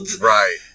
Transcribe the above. right